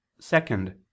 second